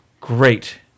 great